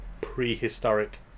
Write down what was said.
prehistoric